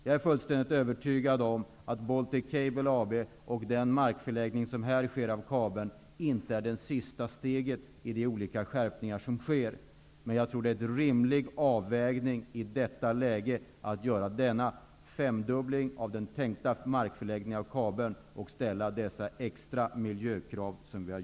Jag är fullständigt övertygad om att detta med Baltic Cable AB och den markförläggning som här sker av kabeln inte är det sista steget i de olika skärpningar som sker. Men jag tror att det är en rimlig avvägning i detta läge att göra denna femdubbling av den tänkta markförläggningen av kabeln och ställa dessa extra miljökrav.